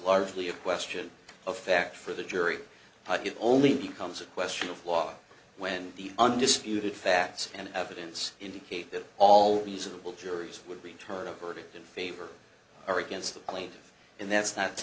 largely a question of fact for the jury it only becomes a question of law when the undisputed facts and evidence indicate that all reasonable juries would return a verdict in favor or against the plaintiff and that's not the